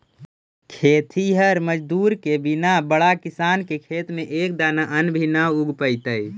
खेतिहर मजदूर के बिना बड़ा किसान के खेत में एक दाना अन्न भी न उग पइतइ